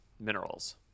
minerals